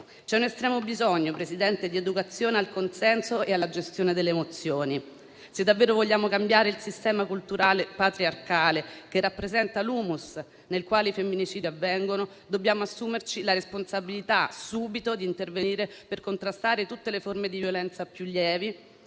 C'è un estremo bisogno, Presidente, di educazione al consenso e alla gestione delle emozioni. Se davvero vogliamo cambiare il sistema culturale patriarcale che rappresenta l'*humus* nel quale i femminicidi avvengono, dobbiamo assumerci la responsabilità di intervenire subito per contrastare tutte le forme di violenza più lievi,